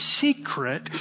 secret